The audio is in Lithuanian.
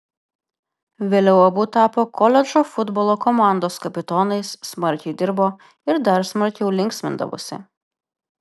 vėliau abu tapo koledžo futbolo komandos kapitonais smarkiai dirbo ir dar smarkiau linksmindavosi